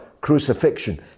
crucifixion